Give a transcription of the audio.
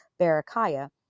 Barakiah